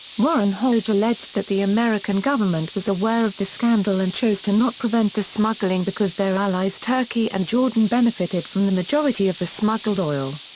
warren hoge alleged that the american government was aware of the scandal and chose to not prevent the smuggling because their allies turkey and jordan benefited from the majority of the smuggled oil.